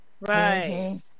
right